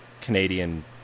Canadian